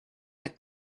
that